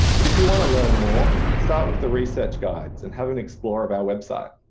but if you want to learn more start with the research guides and have an explore of our website.